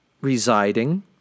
residing